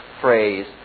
phrase